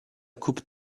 coupe